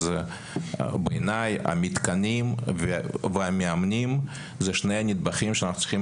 אז בעיניי המתקנים והמאמנים זה שני נדבכים שאנחנו צריכים